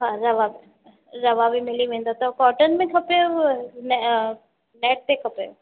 हा रवां रवां बि मिली वेंदव त कॉटन में खपेव न नेट ते खपेव